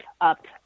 up